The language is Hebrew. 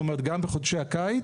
זאת אומרת גם בחודשי הקיץ,